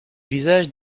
visages